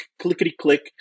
clickety-click